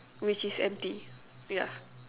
which is empty ya